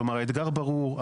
כלומר האתגר ברור,